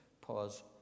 pause